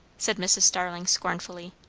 said mrs. starling scornfully.